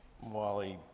Wally